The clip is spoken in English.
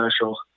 special